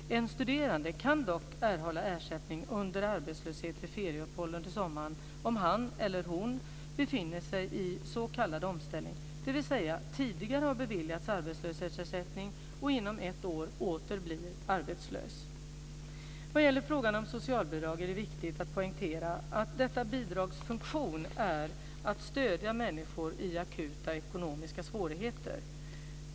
En studerande kan dock erhålla ersättning under arbetslöshet vid ferieuppehåll under sommaren om han eller hon befinner sig i s.k. omställning, dvs. tidigare har beviljats arbetslöshetsersättning och inom ett år åter blir arbetslös. När det gäller frågan om socialbidrag är det viktigt att poängtera att detta bidrags funktion är att stödja människor i akuta ekonomiska svårigheter.